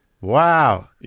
Wow